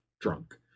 drunk